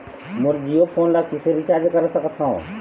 मोर Jio phone ला किसे recharge करा सकत हवं?